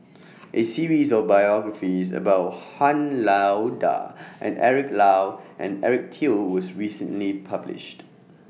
A series of biographies about Han Lao DA and Eric Low and Eric Teo was recently published